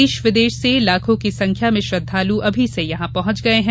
देश विदेश से लाखों की संख्या में श्रद्वालु अभी से यहां पहुंच गये हैं